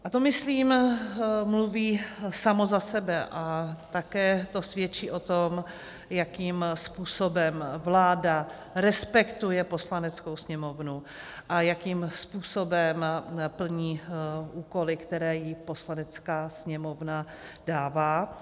A to, myslím, mluví samo za sebe a také to svědčí o tom, jakým způsobem vláda respektuje Poslaneckou sněmovnu a jakým způsobem plní úkoly, které jí Poslanecká sněmovna dává.